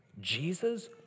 Jesus